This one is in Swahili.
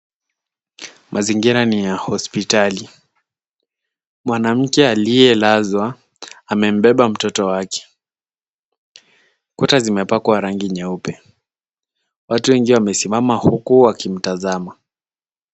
Mazingira ni ya hospitali. Mwanamke aliyelazwa amembeba mtoto wake. Kuta zimepakwa rangi nyeupe. Watu wengi wamesimama huku wakimtazama.